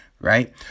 Right